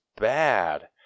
bad